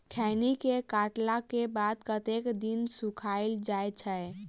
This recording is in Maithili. खैनी केँ काटला केँ बाद कतेक दिन सुखाइल जाय छैय?